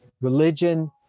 religion